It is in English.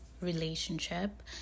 relationship